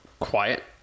quiet